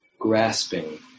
grasping